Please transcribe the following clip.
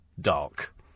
dark